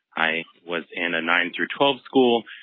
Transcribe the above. i was in a nine through twelve school,